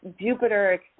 Jupiter